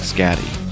Scatty